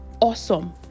awesome